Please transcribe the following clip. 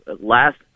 last